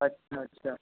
अच्छा अच्छा